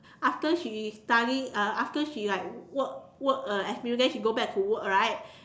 after she study uh after she like work work uh experience then she go back to work right